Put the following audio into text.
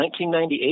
1998